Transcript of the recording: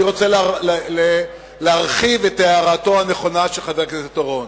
אני רוצה להרחיב את הערתו הנכונה של חבר הכנסת בר-און.